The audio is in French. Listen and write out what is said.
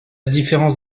différence